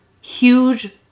huge